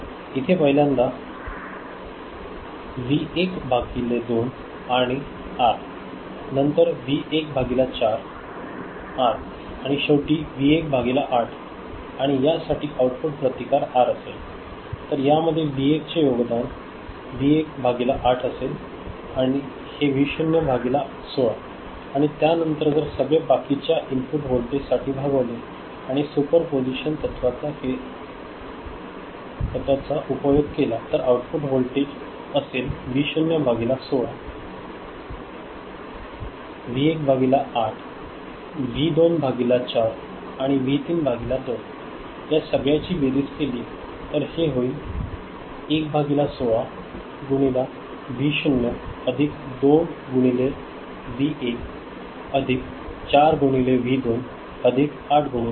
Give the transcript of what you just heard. इथे पहिल्यांदा व्हि 1 भागिले 2 आणि आर नंतर व्हि 1 भागिले 4 आर आणि शेवटी व्हि 1 भागिले 8 आणि या साठी आउटपुट प्रतिकार आर असेल तर या मध्ये व्हि 1 चे योगदान व्हि 1 भागिले 8 असेल आणि हे व्हि 0 भागिले 16 आणि त्या नंतर जर सगळे बाकीच्या इनपुट व्होल्टेज साठी वाढवले आणि सुपर पोसीशन तत्त्वाचा केला तर आउटपुट व्होल्टेज असेल व्हि 0 भागिले 16 व्हि 1 भागिले 8 व्हि 2 भागिले 4 आणि व्हि 3 भागिले 2 आणि सगळ्याची बेरीज केली तर हे होईल 1 भागिले 16 गुणिले व्हि 0 अधिक 2 गुणिले व्हि 1 अधिक 4 गुणिले व्हि 2 अधिक 8 गुणिले व्हि 3